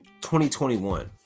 2021